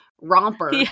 romper